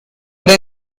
para